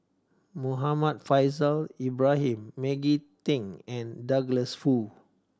Muhammad Faishal Ibrahim Maggie Teng and Douglas Foo